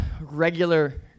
regular